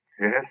Yes